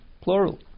plural